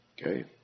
Okay